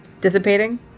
dissipating